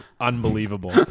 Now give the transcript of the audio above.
unbelievable